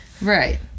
Right